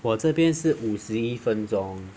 我这边是五十一分钟